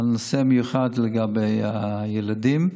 כנושא מיוחד לגבי הילדים,